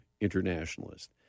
internationalist